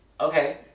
Okay